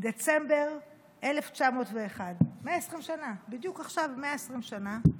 דצמבר 1901, 120 שנה, בדיוק עכשיו 120 שנה,